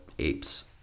Apes